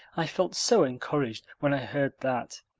i felt so encouraged when i heard that.